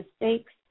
mistakes